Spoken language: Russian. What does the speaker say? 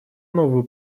новую